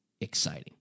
exciting